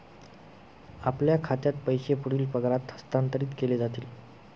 आपल्या खात्यात पैसे पुढील पगारात हस्तांतरित केले जातील